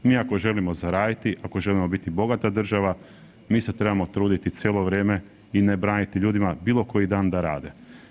Mi ako želimo zaraditi, ako želimo biti bogata država mi se trebamo truditi cijelo vrijeme i ne braniti ljudima bilo koji dan da rade.